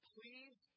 Please